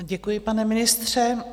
Děkuji, pane ministře.